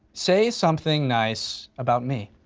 say something nice about me.